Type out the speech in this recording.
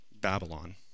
Babylon